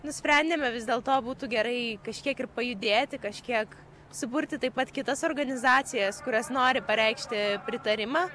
nusprendėme vis dėlto būtų gerai kažkiek ir pajudėti kažkiek suburti taip pat kitas organizacijas kurios nori pareikšti pritarimą